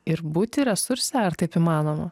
ir būti resurse ar taip įmanoma